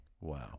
Wow